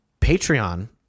Patreon